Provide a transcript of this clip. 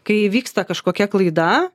kai įvyksta kažkokia klaida